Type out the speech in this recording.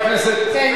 כן,